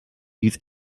use